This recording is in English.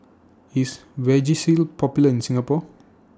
IS Vagisil Popular in Singapore